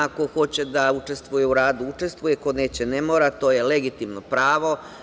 Ko hoće da učestvuje u radu – učestvuje, ko neće – ne mora, to je legitimno pravo.